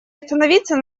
остановиться